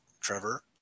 Trevor